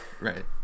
right